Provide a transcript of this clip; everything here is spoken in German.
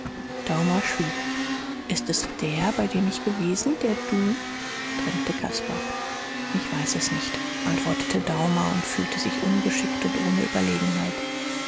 daumer schwieg ist es der bei dem ich gewesen der du drängte caspar ich weiß es nicht antwortete daumer und fühlte sich ungeschickt und ohne überlegenheit